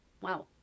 Wow